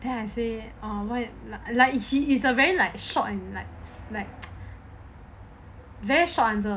then I say oh my like he is a very like short and like like very short answer